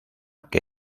que